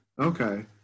okay